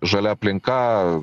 žalia aplinka